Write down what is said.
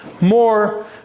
more